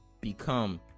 become